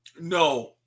No